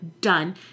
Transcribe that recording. done